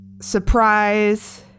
surprise